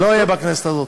לא יהיה בכנסת הזאת.